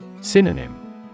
Synonym